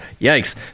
Yikes